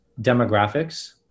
demographics